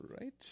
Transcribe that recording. right